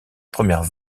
première